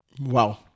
Wow